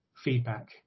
feedback